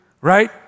right